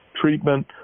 treatment